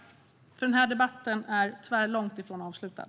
Den här debatten är tvärlångt från avslutad.